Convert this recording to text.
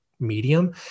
medium